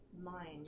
mind